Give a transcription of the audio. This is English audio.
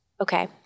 Okay